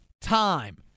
time